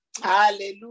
Hallelujah